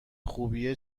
خوبیه